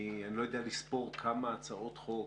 ואני לא יודע לספור כמה הצעות חוק